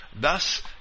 thus